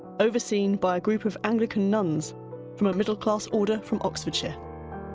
overseen by a group of anglican nuns from a middle-class order from oxfordshire.